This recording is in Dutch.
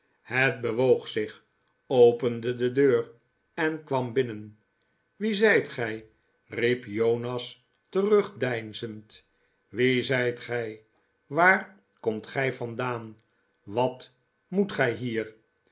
het bewoog zich opende de deur en kwam binnen wie zijt gij riep jonas terugdeinzend wie zijt gij waar komt gij vandaan wat moet gij hier